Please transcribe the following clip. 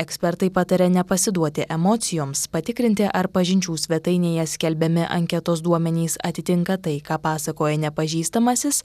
ekspertai pataria nepasiduoti emocijoms patikrinti ar pažinčių svetainėje skelbiami anketos duomenys atitinka tai ką pasakoja nepažįstamasis